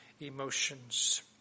emotions